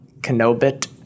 Kenobit